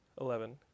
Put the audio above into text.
eleven